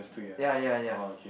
ya ya ya